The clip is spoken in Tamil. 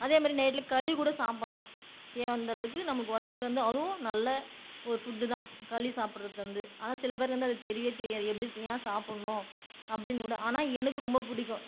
அதேமாதிரி நைட்ல களி கூட சாப்பிடலாம் தேவையான அளவுக்கு நமக்கு உடம்புக்கு வந்து அதுவும் நல்ல ஒரு ஃபுட்டுதான் களி சாப்பிடுறது வந்து ஆனால் சில பேர் வந்து அது தெரியவே தெரியாது எப்படி ஏன் சாப்பிடணும் அப்படின்னு கூட ஆனால் எனக்கு ரொம்ப பிடிக்கும்